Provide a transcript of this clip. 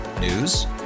News